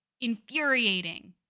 infuriating